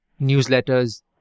newsletters